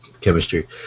chemistry